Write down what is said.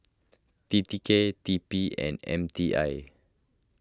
T T K T P and M T I